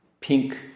pink